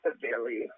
severely